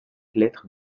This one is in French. lettres